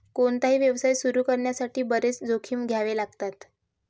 कोणताही व्यवसाय सुरू करण्यासाठी बरेच जोखीम घ्यावे लागतात